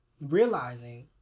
realizing